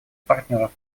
партнеров